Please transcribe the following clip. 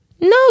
No